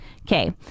Okay